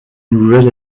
nouvel